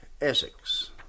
Essex